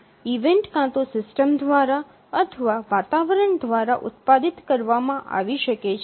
event કાં તો system દ્વારા અથવા વાતાવરણ દ્વારા ઉત્પાદિત કરવામાં આવી શકે છે